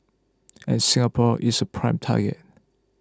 and Singapore is a prime target